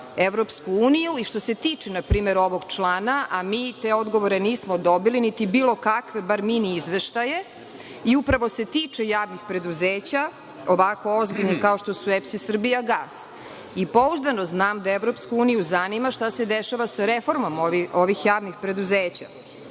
zanima EU, i što se tiče npr. ovog člana, a mi te odgovore nismo dobili, niti bilo kakve bar mini izveštaje, i upravo se tiču javnih preduzeća, ovako ozbiljnih kao što su EPS i „Srbijagas“. Pouzdano znam da EU zanima šta se dešava sa reformama ovih javnih preduzeća,